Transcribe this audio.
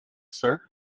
sir